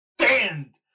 stand